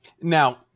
Now